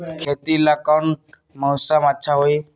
खेती ला कौन मौसम अच्छा होई?